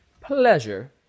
pleasure